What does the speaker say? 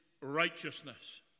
righteousness